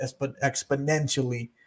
exponentially